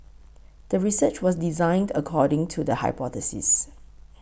the research was designed according to the hypothesis